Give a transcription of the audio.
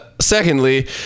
secondly